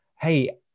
hey